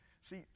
See